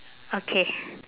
okay